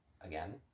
again